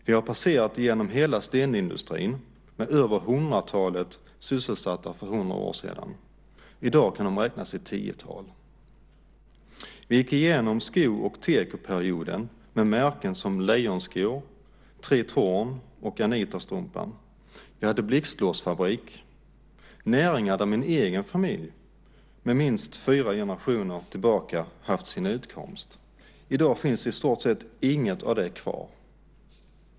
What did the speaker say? Vi har passerat igenom hela stenindustrin, med över hundratalet sysselsatta för 100 år sedan. I dag kan de räknas i tiotal. Vi gick igenom sko och tekoperioden med märken som Lejonskor, Tretorn och Anitastrumpan, och vi hade blixtlåsfabrik - näringar där min egen familj sedan minst fyra generationer tillbaka haft sin utkomst. I dag finns i stort sett inget av det kvar.